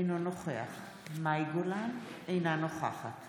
אינו נוכח מאי גולן, אינה נוכחת